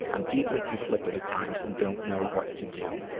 i'm deeply conflicted at times and don't know what to do.